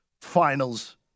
finals